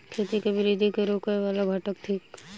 खेती केँ वृद्धि केँ रोकय वला घटक थिक?